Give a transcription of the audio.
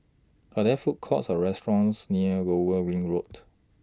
Are There Food Courts Or restaurants near Lower Ring Road